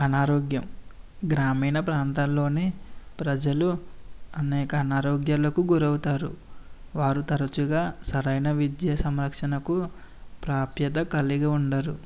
అనారోగ్యం గ్రామీణ ప్రాంతాలలో ప్రజలు అనేక అనారోగ్యాలకు గురి అవుతారు వారు తరచుగా సరైన విద్య సంరక్షణకు ప్రాప్యత కలిగి ఉండరు